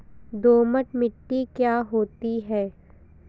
दोमट मिट्टी क्या होती हैं?